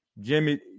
Jimmy